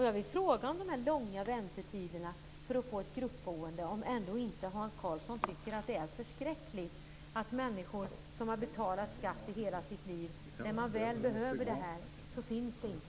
Jag vill fråga, angående de långa väntetiderna för att få ett gruppboende, om Hans Karlsson ändå inte tycker att det är förskräckligt att människor som har betalat skatt i hela sitt liv inte kan få detta när de väl behöver det.